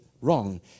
wrong